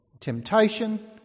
temptation